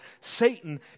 Satan